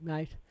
Right